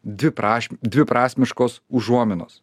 dvipraš dviprasmiškos užuominos